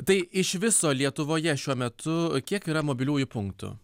tai iš viso lietuvoje šiuo metu kiek yra mobiliųjų punktų